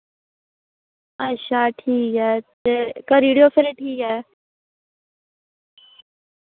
अच्छा ठीक ऐ ते करी ओड़ेओ फिर ठीक ऐ